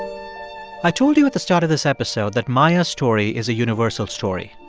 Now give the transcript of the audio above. i told you at the start of this episode that maya's story is a universal story.